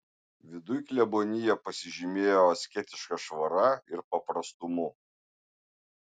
viduj klebonija pasižymėjo asketiška švara ir paprastumu